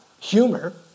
humor